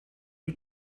new